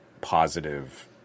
positive